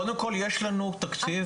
קודם כל יש לנו תקציב.